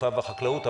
התעופה והחקלאות.